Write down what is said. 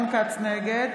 נגד